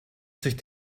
sich